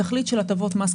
התכלית של הטבות מס,